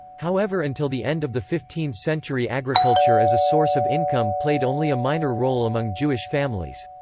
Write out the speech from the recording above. however until the end of the fifteenth century agriculture as a source of income played only a minor role among jewish families.